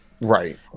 Right